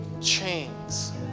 chains